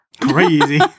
crazy